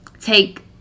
take